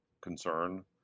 concern